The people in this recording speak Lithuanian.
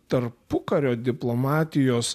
tarpukario diplomatijos